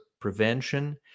prevention